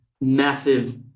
massive